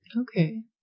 Okay